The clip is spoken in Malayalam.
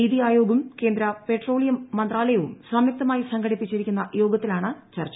നിതി ആയോഗും കേന്ദ്ര പെട്രോളിയം മന്ത്രാലയവും സംയുക്തമായി സംഘടിപ്പിച്ചിരിക്കുന്ന യോഗത്തിലാണ് ചർച്ച